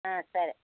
సరే